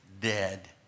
dead